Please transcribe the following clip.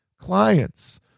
clients